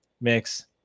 mix